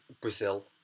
Brazil